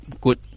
good